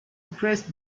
replaced